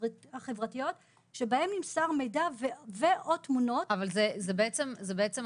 החברתיות שבהם נמסר מידע ו/או תמונות --- אבל זו הנחיה.